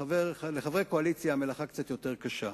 לחברי הקואליציה המלאכה קצת יותר קשה.